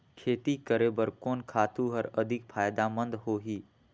खेती करे बर कोन खातु हर अधिक फायदामंद होही?